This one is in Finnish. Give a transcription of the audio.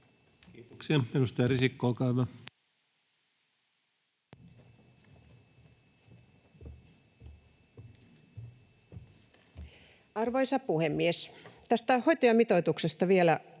Kiitoksia. — Edustaja Risikko, olkaa hyvä. Arvoisa puhemies! Tästä hoitajamitoituksesta vielä